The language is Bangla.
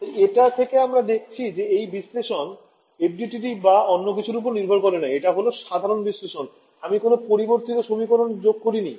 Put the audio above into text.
তাই এটা থেকে আমরা দেখছি যে এই বিশ্লেষণ FDTD বা অন্যকিছুর ওপর নির্ভর করে না এটা হল সাধারন বিশ্লেষণ আমি কোন পরিবর্তিত সমীকরণ যোগ করিনি